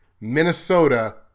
minnesota